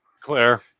Claire